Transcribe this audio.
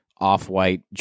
off-white